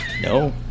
No